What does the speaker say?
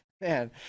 Man